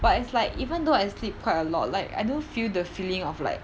but it's like even though I sleep quite a lot like I don't feel the feeling of like